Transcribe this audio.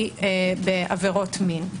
היא בעבירות מין.